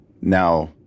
now